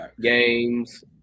Games